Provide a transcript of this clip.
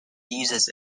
uses